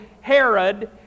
Herod